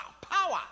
power